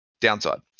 Downside